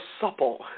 supple